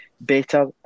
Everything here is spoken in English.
better